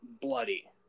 bloody